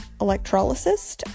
Electrolysis